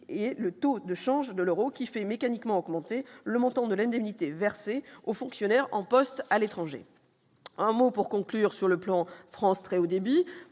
et le taux de change de l'Euro qui fait mécaniquement augmenter le montant de l'indemnité versée aux fonctionnaires en poste à l'étranger, un mot pour conclure sur le plan France très Haut débit